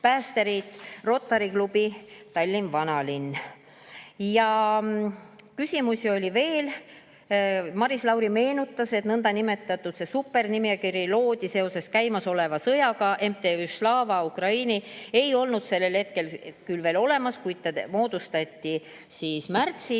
Rotary Klubi Tallinn Vanalinn. Küsimusi oli veel. Maris Lauri meenutas, et see nõndanimetatud supernimekiri loodi seoses käimasoleva sõjaga. MTÜ-d Slava Ukraini ei olnud sellel hetkel küll veel olemas, kuid ta moodustati märtsis